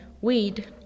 weed